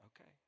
Okay